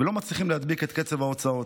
ולא מצליחים להדביק את קצב ההוצאות.